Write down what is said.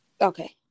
Okay